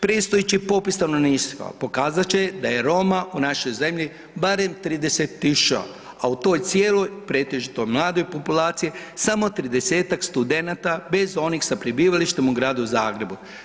Predstojeći popis stanovništva pokazat će da je Roma u našoj zemlji barem 30 000, a u toj cijeloj pretežito mladoj populaciji samo 30-tak studenata bez onih sa prebivalištem u Gradu Zagrebu.